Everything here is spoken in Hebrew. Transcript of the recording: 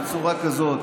בצורה כזאת: